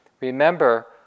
remember